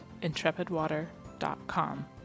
intrepidwater.com